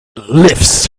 lifts